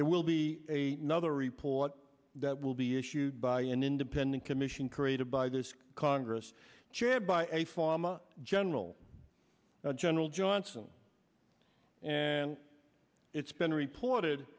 there will be a nother report that will be issued by an independent commission created by this congress chaired by a pharma general now general johnson and it's been reported